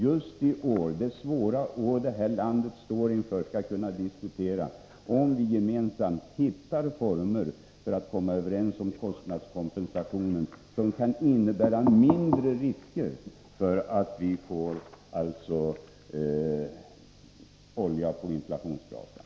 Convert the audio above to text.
Just i år, det svåra år som vårt land står inför, är det viktigt att vi kan diskutera och söka finna former för hur vi gemensamt kan komma överens om en kostnadskompensation som innebär mindre risker för att vi gjuter olja på inflationsbrasan.